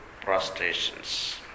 prostrations